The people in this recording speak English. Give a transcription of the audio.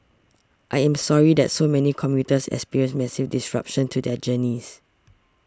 I am sorry that so many commuters experienced massive disruptions to their journeys